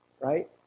Right